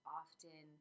often